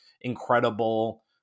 incredible